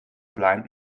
blind